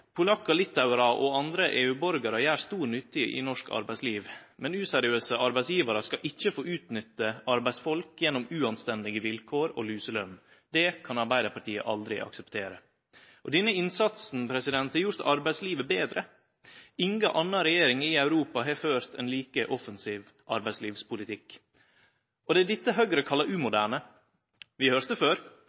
Polakkar, litauarar og andre EU-borgarar gjer stor nytte i norsk arbeidsliv. Men useriøse arbeidsgjevarar skal ikkje få utnytte arbeidsfolk gjennom uanstendige vilkår og luseløn. Det kan Arbeidarpartiet aldri akseptere. Denne innsatsen har gjort arbeidslivet betre. Inga anna regjering i Europa har ført ein like offensiv arbeidslivspolitikk. Det er dette Høgre kallar umoderne. Vi har høyrt det før